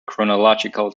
chronological